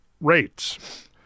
rates